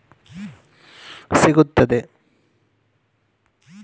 ಗೃಹ ಉಪಯೋಗಿ ವಸ್ತುಗಳಿಗೆ ಸಾಲ ಸಿಗುವುದೇ ತಿಳಿಸಿ?